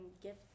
Gift